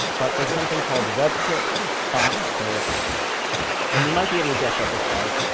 but there's something called the webkit-font-smoothing. and you might be able to guess what this does.